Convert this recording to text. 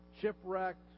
shipwrecked